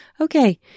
Okay